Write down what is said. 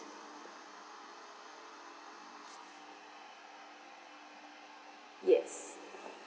yes